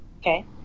Okay